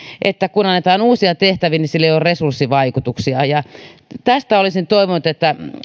että kun annetaan uusia tehtäviä sillä ei ole resurssivaikutuksia tästä olisin toivonut että